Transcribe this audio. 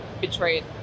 betrayed